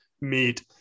meet